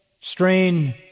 strain